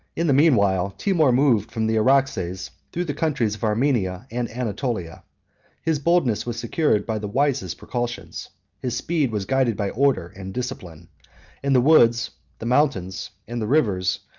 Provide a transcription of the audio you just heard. in the mean while, timour moved from the araxes through the countries of armenia and anatolia his boldness was secured by the wisest precautions his speed was guided by order and discipline and the woods, the mountains, and the rivers,